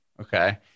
okay